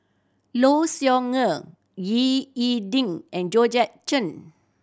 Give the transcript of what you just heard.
Low Siew Nghee Ying E Ding and Georgette Chen